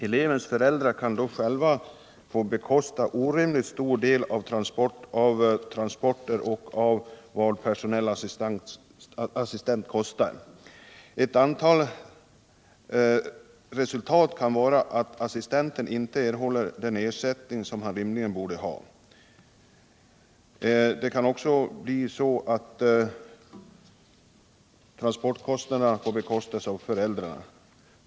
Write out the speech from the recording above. Elevens föräldrar kan då själva få bestrida orimligt stor del av kostnaderna för transporter och för personell assistans. Ett annat resultat kan bli att assistenten inte erhåller den ersättning som han rimligen borde ha. Det kan också bli så att transportkostnaderna får bestridas av föräldrarna.